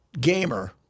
gamer